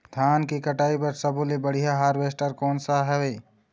धान के कटाई बर सब्बो ले बढ़िया हारवेस्ट कोन सा हवए?